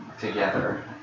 together